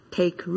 take